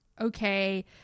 okay